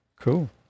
Cool